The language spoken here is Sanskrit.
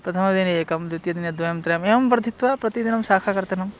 प्रथमदिने एकं द्वितीयदिने द्वयं त्रयं एवं वर्धित्वा प्रतिदिनं शाककर्तनं